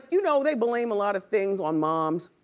you know they blame a lot of things on moms.